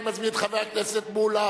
אני מזמין את חבר הכנסת מולה.